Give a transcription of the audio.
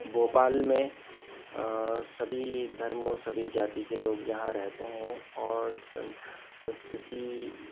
भोपाल में सभी धर्मों सभी जाति के लोग यहाँ रहते हैं और संस्कृति